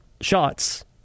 shots